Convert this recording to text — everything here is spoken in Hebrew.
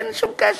אין שום קשר.